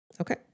Okay